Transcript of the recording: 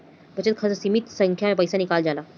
बचत खाता से सीमित संख्या में पईसा निकालल जाला